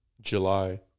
July